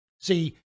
See